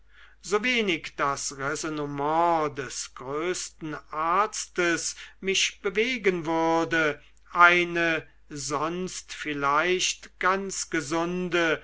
so wenig das räsonnement des größten arztes mich bewegen würde eine sonst vielleicht ganz gesunde